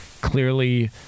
clearly